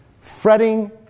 Fretting